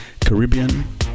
Caribbean